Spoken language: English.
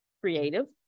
creative